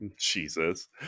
jesus